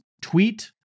tweet